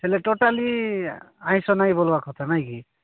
ହେଲେ ଟୋଟାଲି ଆଇଁଷ ନାହିଁ କହିବା କଥା ନାଇଁ କି